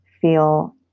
feel